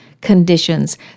conditions